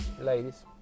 ladies